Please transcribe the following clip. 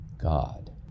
God